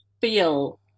feel